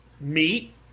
Meat